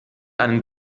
einen